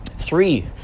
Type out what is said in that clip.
three